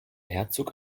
herzog